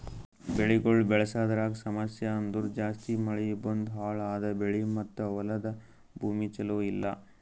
ಬೆಳಿಗೊಳ್ ಬೆಳಸದ್ರಾಗ್ ಸಮಸ್ಯ ಅಂದುರ್ ಜಾಸ್ತಿ ಮಳಿ ಬಂದು ಹಾಳ್ ಆದ ಬೆಳಿ ಮತ್ತ ಹೊಲದ ಭೂಮಿ ಚಲೋ ಇಲ್ಲಾ